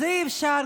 אז אי-אפשר.